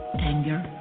anger